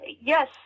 yes